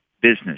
business